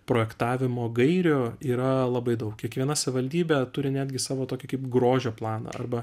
projektavimo gairių yra labai daug kiekviena savivaldybė turi netgi savo tokį kaip grožio planą arba